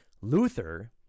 Luther